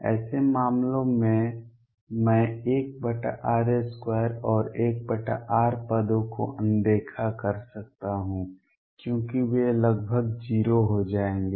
ऐसे मामलों में मैं 1r2 और 1r पदों को अनदेखा कर सकता हूं क्योंकि वे लगभग 0 हो जाएंगे